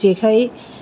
जेखाइ